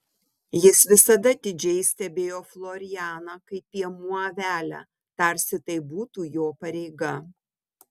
jis visada atidžiai stebėjo florianą kaip piemuo avelę tarsi tai būtų jo pareiga